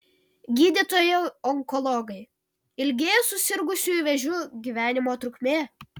gydytojai onkologai ilgėja susirgusiųjų vėžiu gyvenimo trukmė